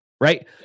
right